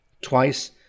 twice